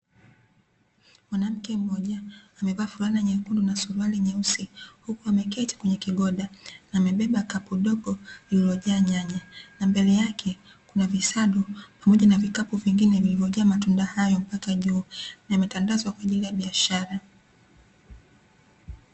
Mwanamke mmoja amevaa fulana nyekundu na suruali nyeusi. Huku ameketi kwenye kigoda na amebeba kapu dogo lililojaa nyanya. Na mbele yake kuna visado pamoja na vikapu vingine vilivyojaa matunda hayo mpaka juu. Yametandazwa kwa ajili ya biashara.